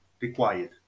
required